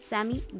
Sammy